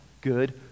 Good